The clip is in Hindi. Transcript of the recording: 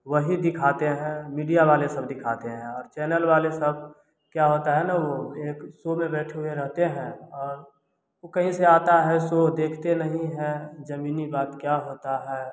वही दिखाते हैं मीडिया वाले सब दिखाते हैं और चैनल वाले सब क्या होता है ना वो एक शो में हुए रहते हैं और वो कहीं से आता है शो देखते नहीं है जमीनी बात क्या होता है